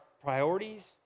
priorities